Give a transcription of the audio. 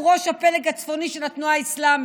הוא ראש הפלג הצפוני של התנועה האסלאמית,